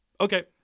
Okay